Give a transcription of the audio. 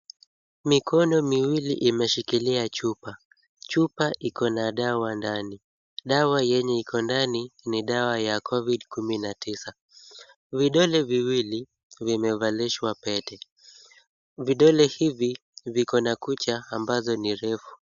Mikono miwili imeshikilia chupa. Chupa iko na dawa ndani. Dawa yenye iko ndani ni dawa ya COVID-19 . Vidole viwili vimevalishwa pete. Vidole hivi viko na kucha ambazo ni refu.